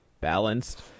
balanced